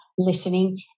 listening